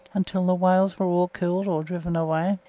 until the whales were all killed or driven away.